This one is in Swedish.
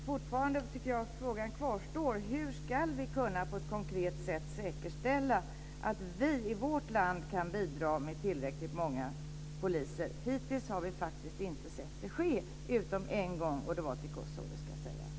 Frågan kvarstår fortfarande: Hur ska vi på ett konkret sätt kunna säkerställa att vi i vårt land kan bidra med tillräckligt många poliser? Hittills har vi faktiskt inte sett det ske - utom en gång, och det var till Kosovo. Det ska jag säga.